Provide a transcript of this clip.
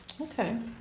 Okay